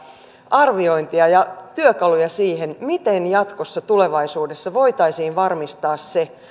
arviointia ja työkaluja siihen miten jatkossa tulevaisuudessa voitaisiin varmistaa se